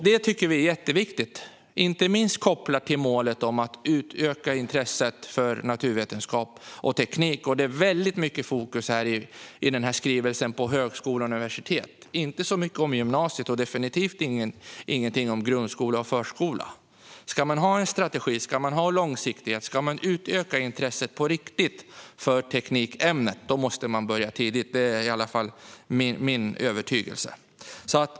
Det tycker vi är jätteviktigt, inte minst kopplat till målet om att öka intresset för naturvetenskap och teknik. I skrivelsen är det väldigt mycket fokus på högskola och universitet. Det finns inte så mycket om gymnasiet och definitivt ingenting om grundskola och förskola. Ska man ha en strategi med långsiktighet och på riktigt öka intresset för teknikämnet måste man börja tidigt. Det är i alla fall min övertygelse.